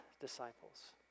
disciples